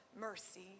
mercy